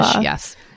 Yes